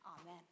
Amen